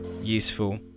useful